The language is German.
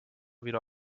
wieder